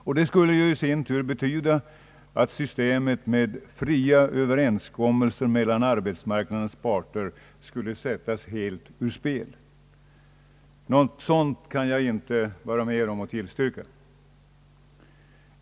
Detta skulle i sin tur betyda att systemet med fria överenskommelser mellan arbetsmarknadens parter helt skulle sättas ur spel. Ett sådant förslag kan jag inte vara med om att tillstyrka.